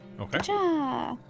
Okay